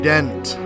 Dent